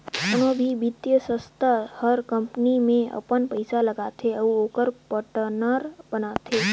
कोनो भी बित्तीय संस्था हर कंपनी में अपन पइसा लगाथे अउ ओकर पाटनर बनथे